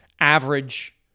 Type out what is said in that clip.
average